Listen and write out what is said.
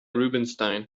rubinstein